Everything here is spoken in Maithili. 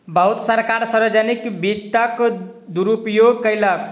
बहुत सरकार सार्वजनिक वित्तक दुरूपयोग कयलक